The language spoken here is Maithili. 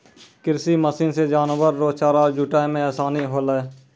कृषि मशीन से जानवर रो चारा जुटाय मे आसानी होलै